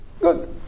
Good